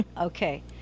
Okay